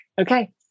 okay